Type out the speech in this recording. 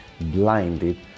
blinded